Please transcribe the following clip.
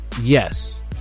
yes